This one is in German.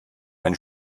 ein